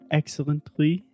excellently